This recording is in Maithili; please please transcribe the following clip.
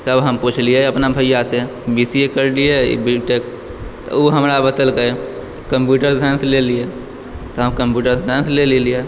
तब हम पुछलियै अपना भैआसे बी सी ए करलियै या बी टेक ओ हमरा बतेलयके कम्प्यूटर साइंस ले लिअ तऽ हम कम्प्यूटर साइंस लय लेलिए